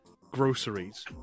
groceries